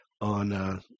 on –